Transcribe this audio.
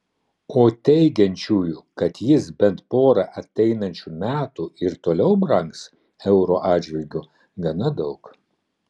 o teigiančiųjų kad jis bent porą ateinančių metų ir toliau brangs euro atžvilgiu gana daug